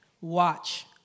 Watch